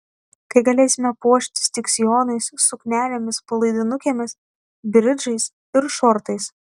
kai galėsime puoštis tik sijonais suknelėmis palaidinukėmis bridžais ir šortais